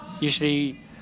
usually